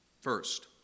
First